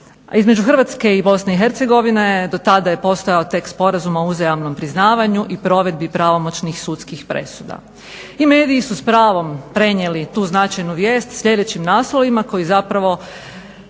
Između Hrvatske i BiH do tada je postojao tek Sporazum o uzajamnom priznavanju i provedbi pravomoćnih sudskih presuda. I mediji su s pravom prenijeli tu značajnu vijest sljedećim naslovima koji zapravo